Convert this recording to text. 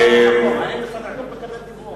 אני הבנתי, אבל זו שאלה במקום.